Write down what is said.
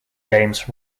games